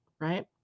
right